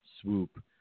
swoop